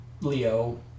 Leo